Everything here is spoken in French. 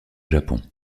japon